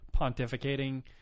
pontificating